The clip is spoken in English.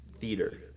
theater